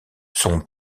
son